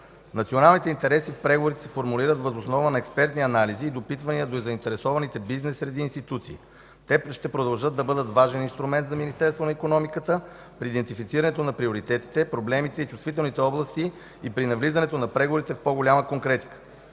Националните интереси в преговорите се формулират въз основа на експертни анализи и допитвания до заинтересованите бизнес среди и институции. Те ще продължат да бъдат важен инструмент за Министерството на икономиката при идентифицирането на приоритетите, проблемите и чувствителните области и при навлизането на преговорите в по-голяма конкретика.